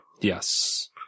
Yes